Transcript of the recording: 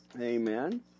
Amen